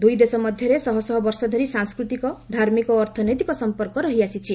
ଦୁଇଦେଶ ମଧ୍ୟରେ ଶହ ଶହ ବର୍ଷ ଧରି ସାଂସ୍କୃତିକଧାର୍ମିକ ଓ ଅର୍ଥନୈତିକ ସମ୍ପର୍କ ରହିଆସିଛି